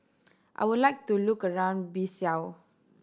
I would like to have a look around Bissau